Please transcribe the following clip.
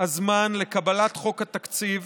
הזמן לקבלת חוק התקציב